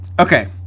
Okay